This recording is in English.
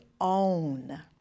own